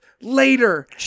later